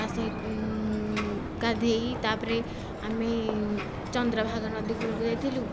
ତା ସହିତ ଗାଧୋଇ ତା'ପରେ ଆମେ ଚନ୍ଦ୍ରଭାଗା ନଦୀକୂଳକୁ ଯାଇଥିଲୁ